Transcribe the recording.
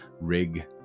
rig